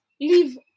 leave